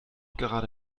gerade